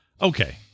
okay